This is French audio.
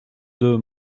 deux